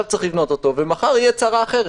צריך לבנות אותו ומחר תהיה צרה אחרת.